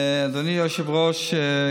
אדוני היושב-ראש,